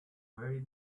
very